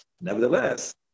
nevertheless